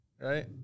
right